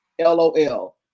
LOL